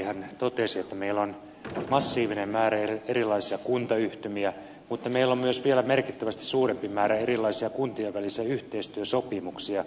hän totesi että meillä on massiivinen määrä erilaisia kuntayhtymiä mutta meillä on myös vielä merkittävästi suurempi määrä erilaisia kuntien välisiä yhteistyösopimuksia